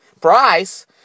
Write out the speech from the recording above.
Price